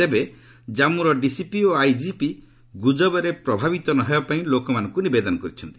ତେବେ କାମ୍ମୁର ଡିସିପି ଓ ଆଇଜିପି ଗୁଜବରେ ପ୍ରଭାବିତ ନ ହେବା ପାଇଁ ଲୋକମାନଙ୍କୁ ନିବେଦନ କରିଛନ୍ତି